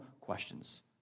questions